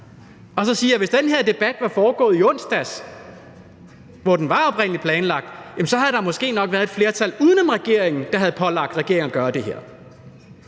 og sige, at der, hvis den her debat var foregået i onsdags, hvor den oprindelig var planlagt, måske så nok havde været et flertal uden om regeringen, der havde pålagt regeringen at gøre det her,